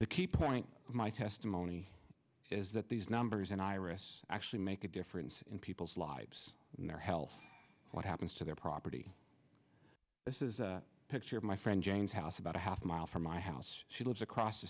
the key point of my testimony is that these numbers and iris actually make a difference in people's lives and their health what happens to their property this is a picture of my friend james house about a half mile from my house she lives across the